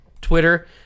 Twitter